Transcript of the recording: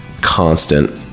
constant